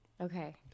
Okay